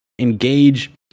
engage